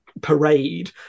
parade